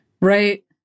right